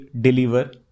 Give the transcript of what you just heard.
deliver